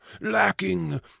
lacking